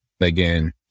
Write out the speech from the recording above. again